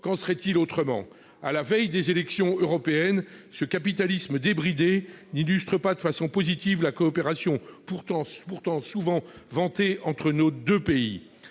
Qu'en serait-il autrement ? À la veille des élections européennes, ce capitalisme débridé n'illustre pas de façon positive la coopération, pourtant souvent vantée, entre nos deux pays.